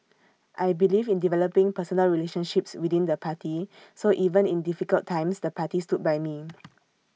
I believe in developing personal relationships within the party so even in difficult times the party stood by me